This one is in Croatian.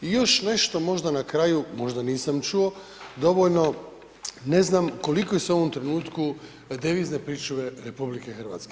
I još nešto možda na kraju, možda nisam čuo, dovoljno ne znam koliko je se u ovom trenutku devizne pričuve RH?